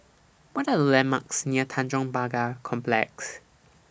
What Are The landmarks near Tanjong Pagar Complex